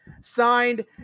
signed